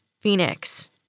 Phoenix